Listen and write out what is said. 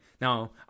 Now